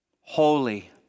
holy